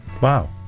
wow